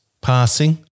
passing